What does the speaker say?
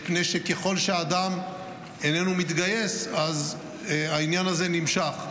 מפני שככל שאדם איננו מתגייס, העניין הזה נמשך.